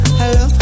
hello